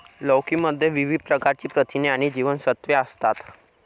लौकी मध्ये विविध प्रकारची प्रथिने आणि जीवनसत्त्वे असतात